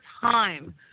time